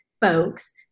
folks